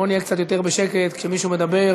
בואו נהיה קצת יותר בשקט כשמישהו מדבר.